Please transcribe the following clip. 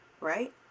right